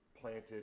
planted